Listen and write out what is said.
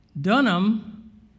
Dunham